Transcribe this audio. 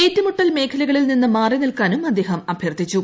ഏറ്റുമുട്ടൽ മേഖലകളിൽ നിന്ന് മാറി നിൽക്കാനും അദ്ദേഹം അഭ്യർത്ഥിച്ചു